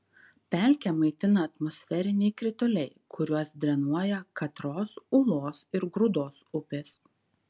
pelkę maitina atmosferiniai krituliai kuriuos drenuoja katros ūlos ir grūdos upės